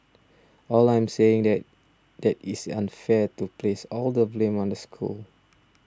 all I am saying that that it's unfair to place all the blame on the school